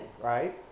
right